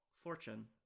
fortune